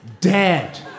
Dead